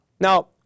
now